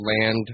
land